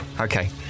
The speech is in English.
Okay